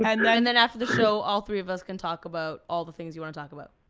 and then then after the show, all three of us can talk about all the things you wanna talk about.